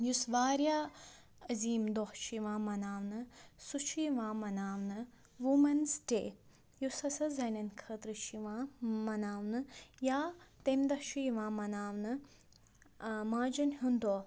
یُس واریاہ عظیٖم دۄہ چھُ یِوان مناونہٕ سُہ چھِ یِوان مناونہٕ وُمٮ۪نٕس ڈے یُس ہَسا زَنٮ۪ن خٲطرٕ چھُ یِوان مناونہٕ یا تٔمۍ دۄہ چھُ یِوان مناونہٕ ماجَن ہُنٛد دۄہ